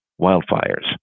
wildfires